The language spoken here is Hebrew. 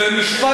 למה?